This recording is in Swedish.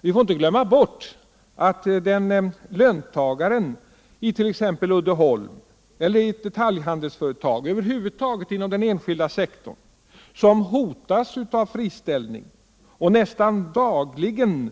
Vi får inte glömma bort att löntagaren it.ex. Uddeholm eller i ett detaljhandelsföretag, som hotas av friställning och nästan dagligen